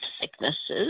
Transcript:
sicknesses